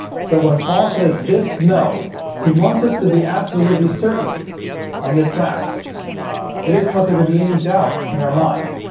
so when paul says this no he wants us to be absolutely certain on this fact it isn't what there to be any doubt in our mind